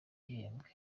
gihembwe